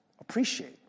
appreciate